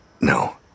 No